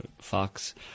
Fox